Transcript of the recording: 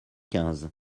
quinze